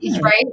right